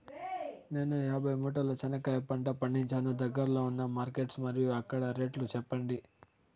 నేను యాభై మూటల చెనక్కాయ పంట పండించాను దగ్గర్లో ఉన్న మార్కెట్స్ మరియు అక్కడ రేట్లు చెప్పండి?